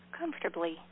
comfortably